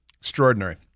Extraordinary